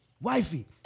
wifey